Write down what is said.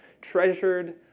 Treasured